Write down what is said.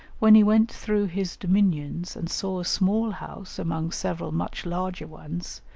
when he went through his dominions and saw a small house among several much larger ones,